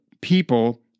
people